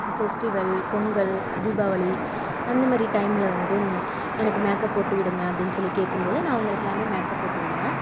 festival Pongal Deepavali அந்த மாதிரி டைமில் வந்து எனக்கு மேக்கப் போட்டு விடுங்கள் அப்படின்னு சொல்லி கேட்கும்போது நான் அவர்களுக்குலாமே மேக்கப் போட்டு விடுவேன்